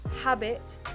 habit